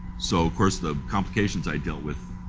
so of course the complications i dealt with,